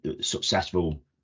successful